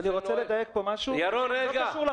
על להביא פה בשורה להרבה מאוד זוגות וגם לסייע לאולמות.